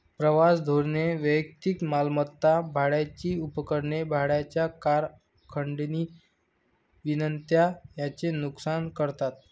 प्रवास धोरणे वैयक्तिक मालमत्ता, भाड्याची उपकरणे, भाड्याच्या कार, खंडणी विनंत्या यांचे नुकसान करतात